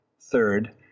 third